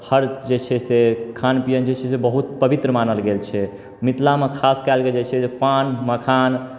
हर जे छै से खान पिअन जे छै से बहुत पवित्र मानल गेल छै मिथिलामे खास कए कऽ जे छै से पान मखान